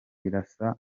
irasa